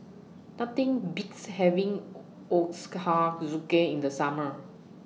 Nothing Beats having Ochazuke in The Summer